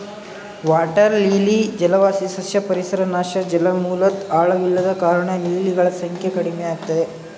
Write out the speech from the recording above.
water lily ಜಲವಾಸಿ ಸಸ್ಯ ಪರಿಸರ ನಾಶ ಜಲಮೂಲದ್ ಆಳವಿಲ್ಲದ ಕಾರಣ ಲಿಲಿಗಳ ಸಂಖ್ಯೆ ಕಡಿಮೆಯಾಗಯ್ತೆ